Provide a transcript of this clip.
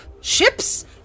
Ships